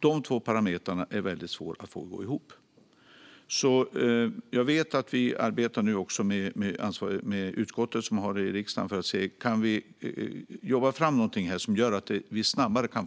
De två parametrarna är väldigt svåra att få att gå ihop. Vi arbetar nu tillsammans med ansvarigt utskott i riksdagen för att se om vi kan få fram någonting snabbare.